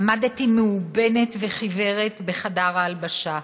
עמדתי מאובנת וחיוורת בחדר ההלבשה,